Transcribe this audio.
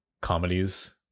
comedies